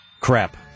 crap